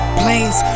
planes